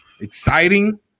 exciting